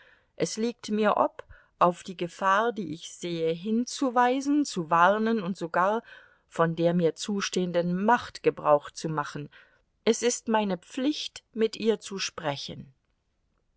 es liegt mir ob auf die gefahr die ich sehe hinzuweisen zu warnen und sogar von der mir zustehenden macht gebrauch zu machen es ist meine pflicht mit ihr zu sprechen